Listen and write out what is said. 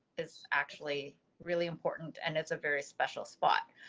is actually really important and it's a very special spot